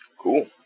Cool